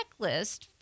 checklist